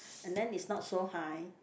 and then is not so high